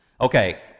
Okay